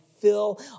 fill